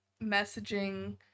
messaging